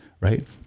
Right